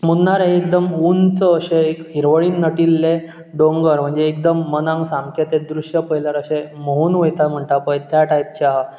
मुन्नार हें एकदम ऊंच अशें एक हिरवळीन नटिल्लें डोंगर म्हणजे एकदम मनांत सामकें तें दृश्य पळयल्यार अशें म्होंवून वयता म्हणटा पळय त्या टायपचें आहा